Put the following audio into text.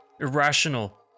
irrational